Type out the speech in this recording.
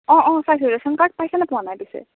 অঁ অঁ চাইছোঁ ৰেচন কাৰ্ড পাইছেনে পোৱা নাই পিছে